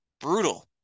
Brutal